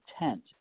intent